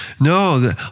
No